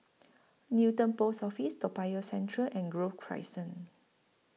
Newton Post Office Toa Payoh Central and Grove Crescent